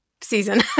season